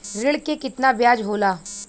ऋण के कितना ब्याज होला?